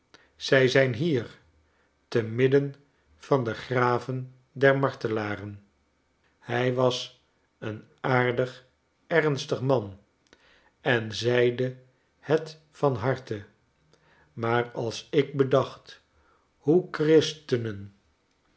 zij zijn hier te midden van de graven der martelaren hij was een aardig ernstig man en zeide het van harte maar als ik bedacht hoe christenen